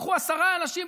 קחו עשרה אנשים,